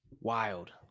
wild